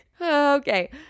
Okay